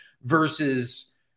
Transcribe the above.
versus